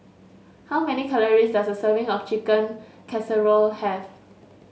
how many calories does a serving of Chicken Casserole have